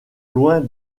loin